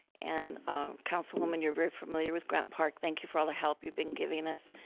and councilwoman, you're very familiar with grant park. thank you for all the help you've been giving us,